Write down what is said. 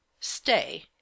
Stay